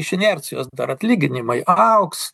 iš inercijos dar atlyginimai augs